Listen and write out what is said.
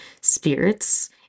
spirits